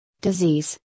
disease